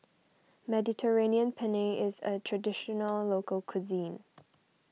Mediterranean Penne is a Traditional Local Cuisine